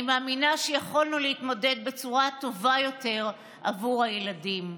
אני מאמינה שיכולנו להתמודד בצורה טובה יותר עבור הילדים.